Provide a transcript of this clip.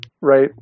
right